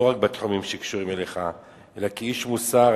לא רק בתחומים שקשורים אליך אלא כאיש מוסר,